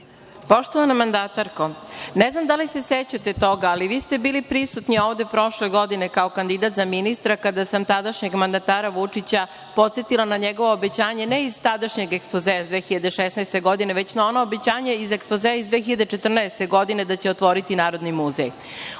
Poštovana mandatarko, ne znam da li se sećate toga, ali vi ste bili prisutni ovde prošle godine kao kandidat za ministra kada sam tadašnjeg mandatara Vučića podsetila na njegovo obećanje ne iz tadašnjeg ekspozea iz 2016. godine, već na ona obećanja iz ekspozea iz 2014. godine da će otvoriti Narodni muzej.